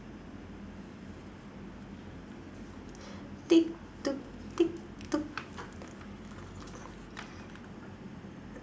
tick tock tick tock